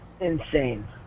insane